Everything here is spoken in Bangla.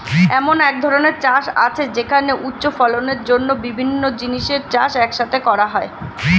এমন এক ধরনের চাষ আছে যেখানে উচ্চ ফলনের জন্য বিভিন্ন জিনিসের চাষ এক সাথে করা হয়